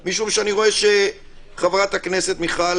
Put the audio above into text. - כי אני רואה שחברת הכנסת מיכל